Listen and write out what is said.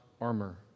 armor